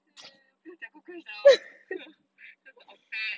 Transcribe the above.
!ee! 不要讲 cockroach liao that is an unfair